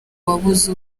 uwabuze